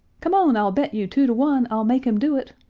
come on! i'll bet you two to one i'll make him do it!